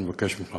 אני מבקש ממך,